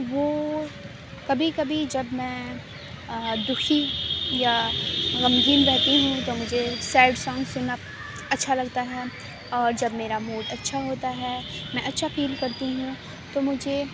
وہ کبھی کبھی جب میں دکھی یا غمگین رہتی ہوں تو مجھے سیڈ سانگ سننا اچھا لگتا ہے اور جب میرا موڈ اچھا ہوتا ہے میں اچھا فیل کرتی ہوں تو مجھے